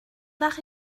وخت